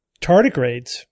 tardigrades